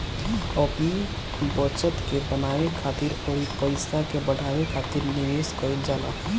अपनी बचत के बनावे खातिर अउरी पईसा के बढ़ावे खातिर निवेश कईल जाला